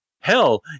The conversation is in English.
Hell